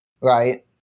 right